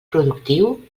productiu